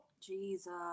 Jesus